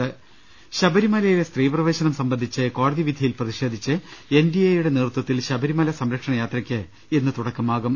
്്്്്്് ശബരിമലയിലെ സ്ത്രീ പ്രവേശനം സംബന്ധിച്ച് കോടതി വിധിയിൽ പ്രതിഷേധിച്ച് എൻഡിഎയുടെ നേതൃത്വത്തിൽ ശബരിമല സംരക്ഷണ യാത്രക്ക് ഇന്ന് തുടക്കമാകും